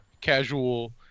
casual